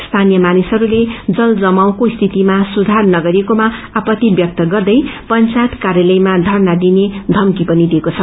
स्थानीय मानिसहरूलेजल जमावको सितिमा सुधार नथएकोमा आपत्ति वयक्त गर्दै पंचायत कायालयमा धरना दिने थमी पनि दिएको छ